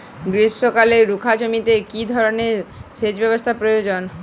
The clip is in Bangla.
গ্রীষ্মকালে রুখা জমিতে কি ধরনের সেচ ব্যবস্থা প্রয়োজন?